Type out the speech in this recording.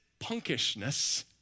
punkishness